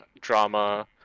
drama